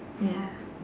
ya